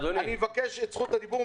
אני מבקש את זכות הדיבור.